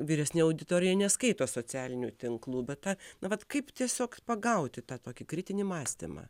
vyresnė auditorija neskaito socialinių tinklų bet ta na vat kaip tiesiog pagauti tą tokį kritinį mąstymą